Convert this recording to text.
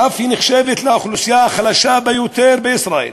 והיא אף נחשבת לאוכלוסייה החלשה ביותר בישראל.